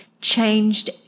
changed